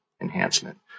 enhancement